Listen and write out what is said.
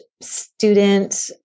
student